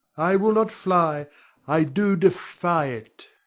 i will not fly i do defy it!